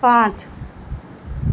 پانچ